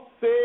say